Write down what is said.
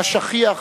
והשכיח